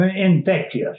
Infectious